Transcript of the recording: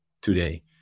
today